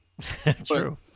True